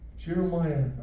Jeremiah